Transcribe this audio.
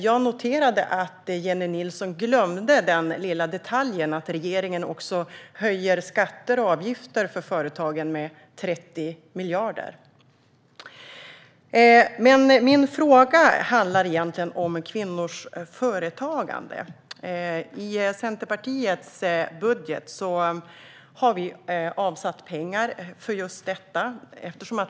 Jag noterade att Jennie Nilsson glömde den lilla detaljen att regeringen också höjer skatter och avgifter för företagen med 30 miljarder. Min fråga handlar om kvinnors företagande. I Centerpartiets budget har vi avsatt pengar för detta.